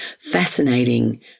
fascinating